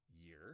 year